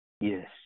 Yes